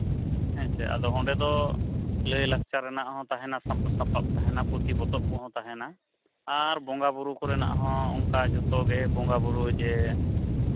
ᱦᱮᱸᱪᱮ ᱟᱫᱚ ᱚᱸᱰᱮ ᱫᱚ ᱞᱟᱹᱭᱼᱞᱟᱠᱪᱟᱨ ᱨᱮᱱᱟᱜ ᱦᱚᱸ ᱛᱟᱦᱮᱱᱟ ᱥᱟᱯᱟᱵᱽ ᱛᱟᱦᱮᱱᱟ ᱯᱩᱛᱷᱤ ᱯᱤᱛᱵᱽ ᱠᱚᱦᱚᱸ ᱛᱟᱦᱮᱱᱟ ᱟᱨ ᱵᱚᱸᱜᱟ ᱵᱳᱨᱳ ᱠᱚᱨᱤᱮᱱᱟᱜ ᱦᱚᱸ ᱚᱱᱠᱟ ᱡᱚᱛᱚ ᱜᱮ ᱵᱚᱸᱜᱟ ᱵᱳᱨᱳ ᱡᱮ